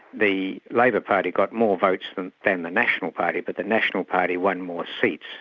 the labour party got more votes than than the national party, but the national party won more seats,